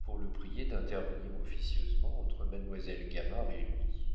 pour le prier d'intervenir officieusement entre mademoiselle gamard et lui